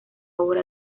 obra